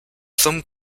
thumb